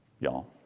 y'all